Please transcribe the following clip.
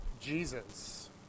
Jesus